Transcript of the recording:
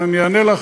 אבל אני אענה לך.